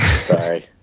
Sorry